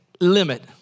limit